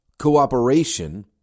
cooperation